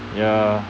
ya